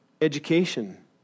Education